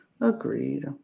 Agreed